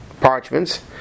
parchments